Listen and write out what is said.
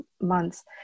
months